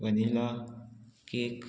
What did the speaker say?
vanilla cake